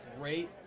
great